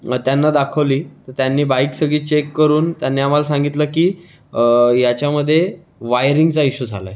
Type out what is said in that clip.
मग त्यांना दाखवली तर त्यांनी बाईक सगळी चेक करून त्यांनी आम्हाला सांगितलं की याच्यामध्ये वायरिंगचा इशू झाला आहे